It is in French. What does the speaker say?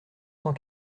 cent